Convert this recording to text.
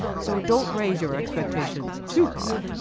so don't raise your expectations too high.